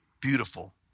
Beautiful